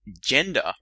Gender